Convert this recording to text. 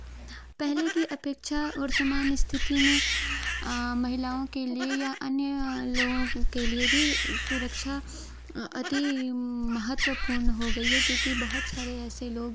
पहले की अपेक्षा वर्तमान स्थिति में महिलाओं के लिए या अन्य लोगों के लिए भी सुरक्षा अति महत्वपूर्ण हो गई है क्योंकि बहुत सारे ऐसे लोग